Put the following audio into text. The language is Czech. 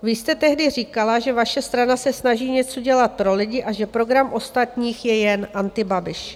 Vy jste tehdy říkala, že vaše strana se snaží něco dělat pro lidi a že program ostatních je jen Antibabiš.